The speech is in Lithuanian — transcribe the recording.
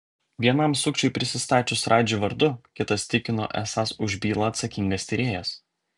vienam sukčiui prisistačius radži vardu kitas tikino esąs už bylą atsakingas tyrėjas